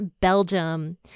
Belgium